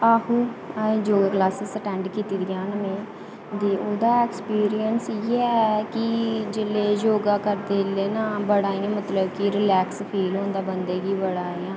असें योग classes attend कीती दियां गै नेईं ते उं'दा एक्सपीरियंस इ' इ'यै कि ऐल्लै योगा करदे मतलब ना इं'या बड़ा गै रिलैक्स फील ' होंदा बंदे गी इंया